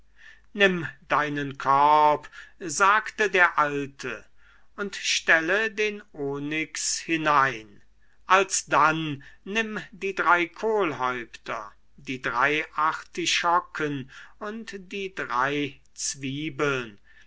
nimm deinen korb sagte der alte und stelle den onyx hinein alsdann nimm die drei kohlhäupter die drei artischocken und die drei zwiebeln